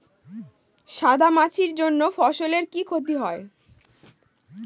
সাদা মাছির জন্য ফসলের কি ক্ষতি হয়?